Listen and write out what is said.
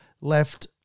left